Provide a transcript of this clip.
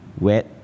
wet